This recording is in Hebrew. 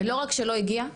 ולא רק שלא הגיע,